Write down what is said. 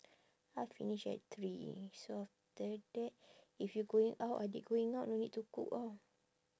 I finish at three so after that if you going out adik going out no need to cook ah